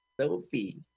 Sophie